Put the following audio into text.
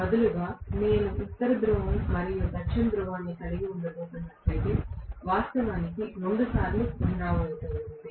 బదులుగా నేను ఉత్తర ధ్రువం మరియు దక్షిణ ధృవాన్ని కలిగి ఉండబోతున్నట్లయితే వాస్తవానికి రెండుసార్లు పునరావృతమవుతుంది